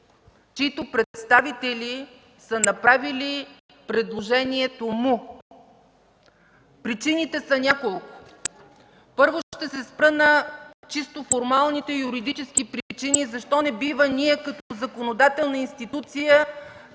чиито представители са направили предложението му. Причините са няколко. Първо, ще се спра на чисто формалните юридически причини защо не бива ние като законодателна институция